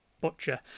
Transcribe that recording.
butcher